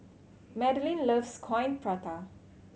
Madelyn loves Coin Prata